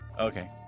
Okay